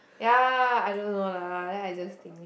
ya I don't know lah then I just think